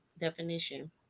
definition